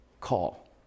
call